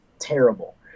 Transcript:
terrible